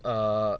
err